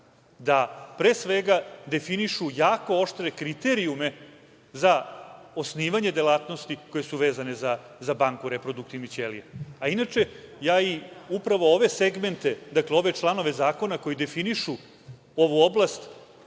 da pre svega definišu jako oštre kriterijume za osnivanje delatnosti koje su vezane za banku reproduktivnih ćelija. Inače, ja upravo ove segmente, dakle ove članove zakona koji definišu ovu oblast,